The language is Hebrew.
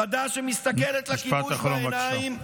חד"ש שמסתכלת לכיבוש בעיניים, משפט אחרון, בבקשה.